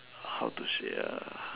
how to say ah